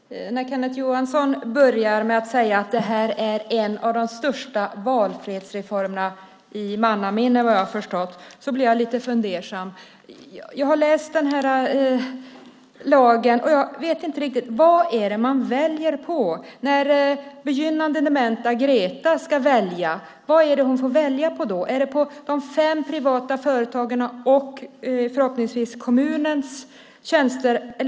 Herr talman! När Kenneth Johansson börjar med att säga att det här är en av de största valfrihetsreformerna i mannaminne, vad jag har förstått, blir jag lite fundersam. Jag har läst den här lagen, och jag vet inte riktigt vad det är man väljer på. Vad är det begynnande dementa Greta får välja på? Är det på de fem privata företagen och förhoppningsvis kommunens tjänster?